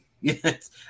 Yes